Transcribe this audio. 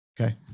Okay